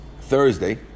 Thursday